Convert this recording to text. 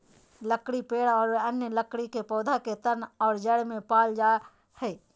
लकड़ी पेड़ और अन्य लकड़ी के पौधा के तन और जड़ में पाल जा हइ